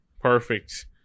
Perfect